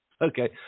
Okay